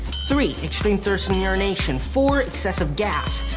three, extreme thirst and urination, four, excessive gas,